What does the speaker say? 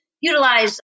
utilize